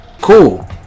Cool